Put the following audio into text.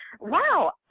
wow